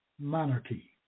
monarchy